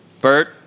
Bert